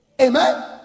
Amen